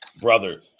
brother